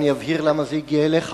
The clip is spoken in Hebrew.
10% מהתקציב עד כה.